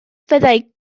fyddai